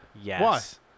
Yes